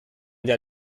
der